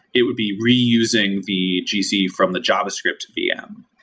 it would be reusing the gc from the javascript vm,